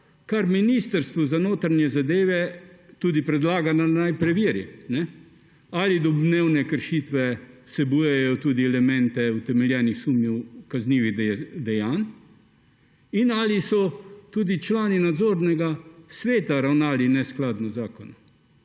kar Ministrstvu za notranje zadeve predlagala, naj preveri, ali domnevne kršitve vsebujejo tudi elemente utemeljenih sumov kaznivih dejanj in ali so tudi člani nadzornega sveta ravnali neskladno z zakonom.